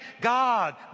God